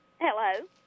hello